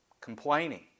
complaining